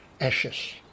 ashes